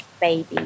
baby